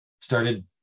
started